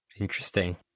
Interesting